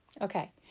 Okay